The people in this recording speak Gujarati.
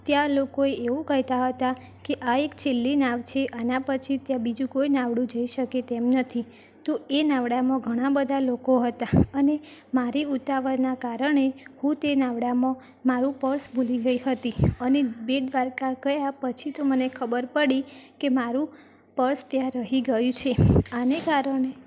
ત્યાં લોકોએ એવું કહેતા હતા કે આ એક છેલ્લી નાવ છે આના પછી ત્યાં બીજું કોઇ નાવડું જઇ શકે તેમ નથી તો એ નાવડામાં ઘણા બધા લોકો હતા અને મારી ઉતાવળનાં કારણે હું તે નાવડામાં મારું પર્સ ભુલી ગઈ હતી અને બેટ દ્વારકા ગયા પછી તો મને ખબર પડી કે મારું પર્સ ત્યાં રહી ગયું છે આને કારણે